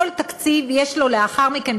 לכל תקציב יש לאחר מכן,